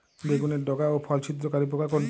বেগুনের ডগা ও ফল ছিদ্রকারী পোকা কোনটা?